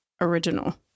original